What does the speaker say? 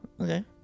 Okay